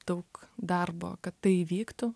daug darbo kad tai įvyktų